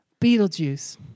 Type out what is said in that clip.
Beetlejuice